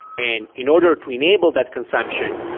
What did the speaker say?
and in order to enable that consumption,